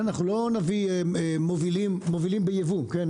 אנחנו לא נביא מובילים בייבוא, כן?